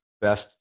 best